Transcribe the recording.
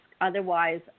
Otherwise